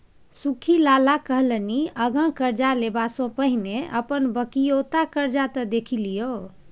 सुख्खी लाला कहलनि आँगा करजा लेबासँ पहिने अपन बकिऔता करजा त देखि लियौ